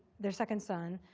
their second son,